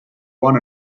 one